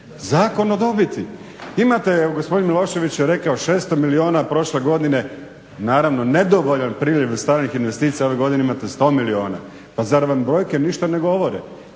Zakon o dobiti. Imate, evo gospodin Milošević je rekao 600 milijuna prošle godine, naravno nedovoljan priljev stranih investicija, a ove godine imate 100 milijuna. Pa zar vam brojke ništa ne govore?